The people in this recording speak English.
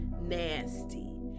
Nasty